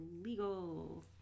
illegal